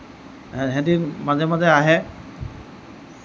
সিহঁতি মাজে মাজে আহে